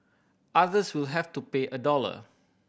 others will have to pay a dollar